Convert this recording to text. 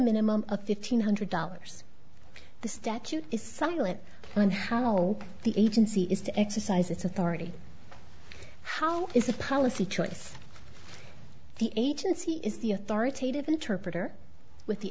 minimum of fifteen hundred dollars the statute is silent on how the agency is to exercise its authority how is a policy choice the agency is the authoritative interpreter with the